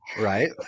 Right